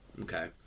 Okay